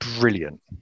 brilliant